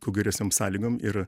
kuo geresnėm sąlygom ir